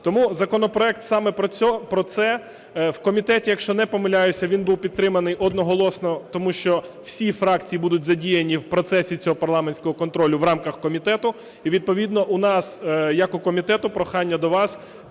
Тому законопроект саме про це. В комітеті, якщо не помиляюсь, він був підтриманий одноголосно, тому що всі фракції будуть задіяні в процесі цього парламентського контролю в рамках комітету. І відповідно у нас як у комітету прохання до вас